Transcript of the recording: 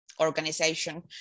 organization